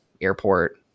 airport